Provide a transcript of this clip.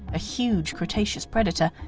a huge cretaceous predator,